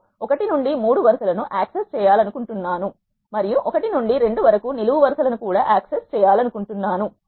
నేను 1 నుండి 3 వరుస లను యాక్సెస్ చేయాలనుకుంటున్నాను మరియు 1 నుండి 2 వరకు నిలువు వరుస లను కూడా యాక్సెస్ కోలన్ చేయాలనుకుంటున్నాను